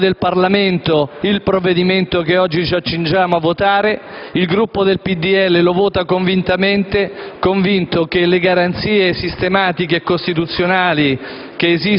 del Parlamento il provvedimento che oggi ci accingiamo a votare. Il Gruppo del Popolo della Libertà lo vota convintamente, certo che le garanzie sistematiche e costituzionali